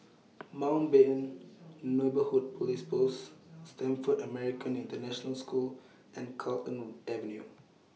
Mountbatten Neighbourhood Police Post Stamford American International School and Carlton Avenue